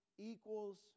equals